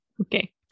okay